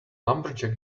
lumberjack